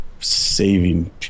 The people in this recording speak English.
saving